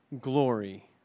glory